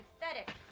pathetic